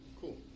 Cool